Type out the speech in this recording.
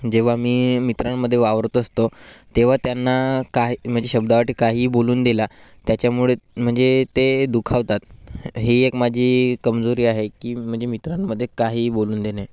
जेव्हा मी मित्रांमध्ये वावरत असतो तेव्हा त्यांना काही म्हणजे शब्दावाटे काहीही बोलून दिला त्याच्यामुळे म्हणजे ते दुखावतात ही एक माझी कमजोरी आहे की म्हणजे मित्रांमध्ये काहीही बोलून देणे